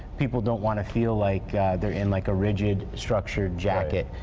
people don't want to feel like they are in like a rigid structure jacket.